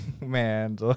man